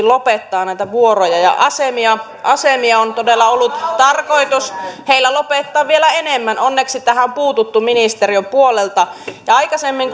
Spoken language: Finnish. lopettaa näitä vuoroja ja asemia asemia on todella ollut tarkoitus heillä lopettaa vielä enemmän onneksi tähän on puututtu ministeriön puolelta aikaisemmin